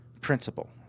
principle